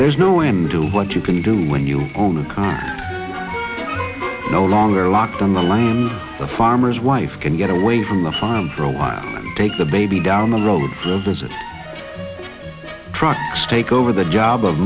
there's no in do what you can do when you own a car no longer locked on the land the farmer's wife can get away from the farm for a while take the baby down the road for a visit trucks take over the job of